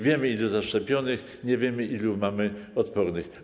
Wiemy, ilu jest zaszczepionych, nie wiemy, ilu mamy odpornych.